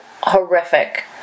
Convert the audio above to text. horrific